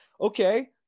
okay